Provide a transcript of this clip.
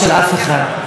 תודה, גברתי.